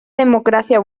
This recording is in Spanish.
democracia